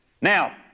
Now